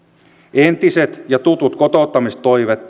entiset ja tutut kotouttamistoimet